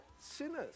sinners